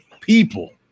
people